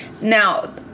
Now